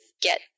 get